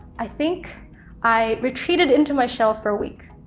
i think i retreated into my shell for a week,